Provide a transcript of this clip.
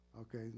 Okay